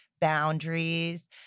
boundaries